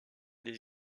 des